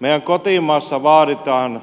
meidän kotimaassamme vaaditaan